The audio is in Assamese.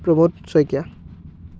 প্ৰবোধ শইকীয়া